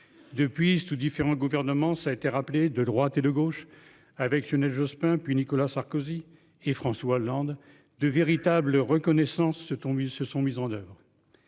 depuis sous différents gouvernements ça été rappelé de droite et de gauche avec Lionel Jospin puis Nicolas Sarkozy et François Hollande de véritable reconnaissance ce ton se sont mises en oeuvre.